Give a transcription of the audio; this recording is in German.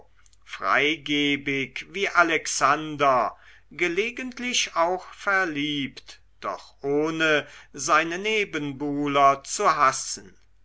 freigebig wie alexander gelegentlich auch verliebt doch ohne seine nebenbuhler zu hassen